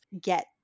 get